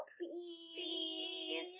please